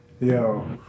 Yo